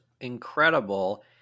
incredible